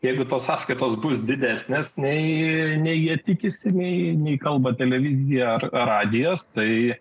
jeigu tos sąskaitos bus didesnės nei jie tikisi nei nei kalba televizija ar radijas tai